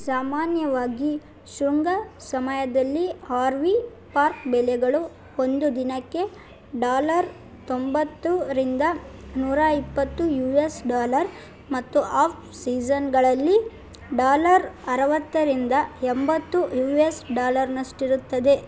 ಸಾಮಾನ್ಯವಾಗಿ ಶೃಂಗ ಸಮಯದಲ್ಲಿ ಆರ್ ವಿ ಪಾರ್ಕ್ ಬೆಲೆಗಳು ಒಂದು ದಿನಕ್ಕೆ ಡಾಲರ್ ತೊಂಬತ್ತರಿಂದ ನೂರ ಇಪ್ಪತ್ತು ಯು ಎಸ್ ಡಾಲರ್ ಮತ್ತು ಆಫ್ ಸೀಸನ್ಗಳಲ್ಲಿ ಡಾಲರ್ ಅರವತ್ತರಿಂದ ಎಂಬತ್ತು ಯು ಎಸ್ ಡಾಲರ್ನಷ್ಟಿರುತ್ತದೆ